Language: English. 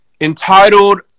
entitled